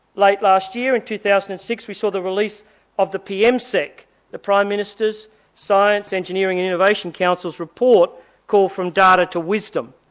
late last year in two thousand and six we saw the release of the pmseic, the prime minister's science, engineering and innovation council's report called from data to wisdom,